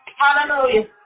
hallelujah